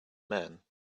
men